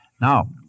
Now